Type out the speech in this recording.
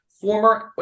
former